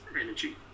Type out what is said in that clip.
energy